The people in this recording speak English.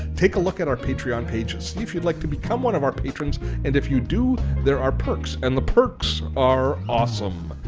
take a look at our patreon page and see if you'd like to become one of our patrons and if you do there are perks and the perks are awesome.